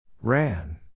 Ran